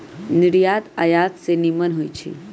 निर्यात आयात से निम्मन होइ छइ